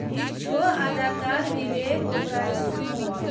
یہِ چھُ اداکار وِویک اوٚبراے سُنٛد مول